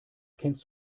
kennst